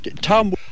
Tom